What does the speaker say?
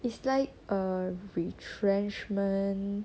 it's like a retrenchment